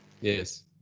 Yes